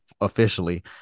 officially